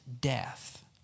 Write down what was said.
death